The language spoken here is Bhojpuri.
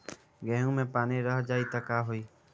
गेंहू मे पानी रह जाई त का होई?